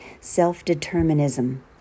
self-determinism